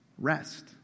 Rest